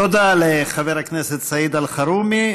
תודה לחבר הכנסת סעיד אלחרומי.